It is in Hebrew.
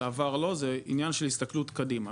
זה עניין של הסתכלות קדימה.